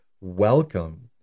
welcome